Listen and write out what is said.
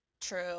True